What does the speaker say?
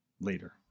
later